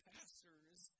Pastor's